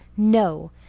no!